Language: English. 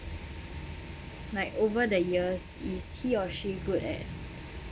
like over the years is he or she good at